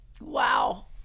Wow